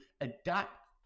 adapt